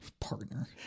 Partner